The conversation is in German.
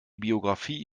biografie